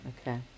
Okay